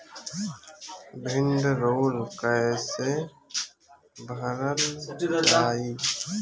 भीडरौल कैसे भरल जाइ?